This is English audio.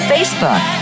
Facebook